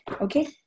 Okay